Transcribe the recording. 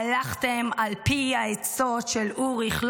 הלכתם על פי העצות של אוריך,